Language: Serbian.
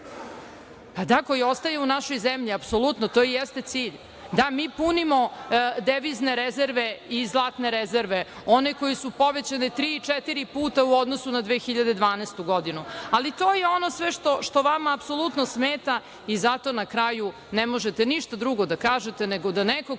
radi. To ostaje u našoj zemlji, apsolutno, to i jeste cilj. Da, mi punimo devizne rezerve i zlatne rezerve, one koje su povećane tri, četiri puta u odnosu na 2012. godinu. Ali, to je sve što vama apsolutno smeta i zato na kraju ne možete ništa drugo da kažete nego da neko